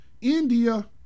India